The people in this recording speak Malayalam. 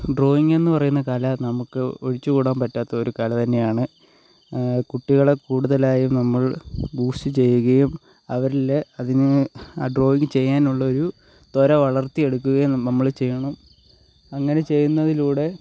ഡ്രോയിങ് എന്ന് പറയുന്ന കല നമുക്ക് ഒഴിച്ച് കൂടാൻ പറ്റാത്ത ഒരു കല തന്നെയാണ് കുട്ടികളെ കൂടുതലായും നമ്മൾ ബൂസ്റ്റ് ചെയ്യുകയും അവരിൽ അതിന് ഡ്രോയിങ് ചെയ്യാൻ ഉള്ളൊരു ത്വര വളർത്തിയെടുക്കുകയും നമ്മൾ ചെയ്യണം അങ്ങനെ ചെയ്യുന്നതിലൂടെ